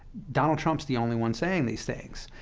donald trump is the only one saying these things.